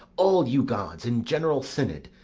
all you gods, in general synod,